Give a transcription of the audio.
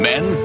Men